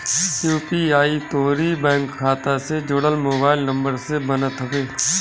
UPI तोहरी bank खाता से जुड़ल मोबाइल नंबर से बनत हवे